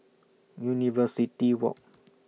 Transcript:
University Walk